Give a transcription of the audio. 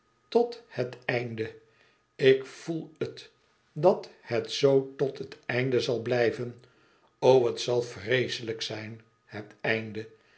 tot het einde ik voel het dat het zoo tot het einde zal blijven o het zal vreeslijk zijn het einde